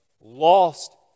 lost